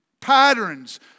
Patterns